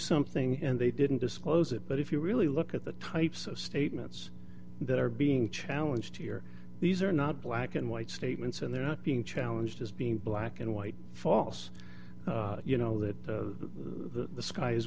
something and they didn't disclose it but if you really look at the types of statements that are being challenged here these are not black and white statements and they're not being challenged as being black and white false you know that the sk